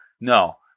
No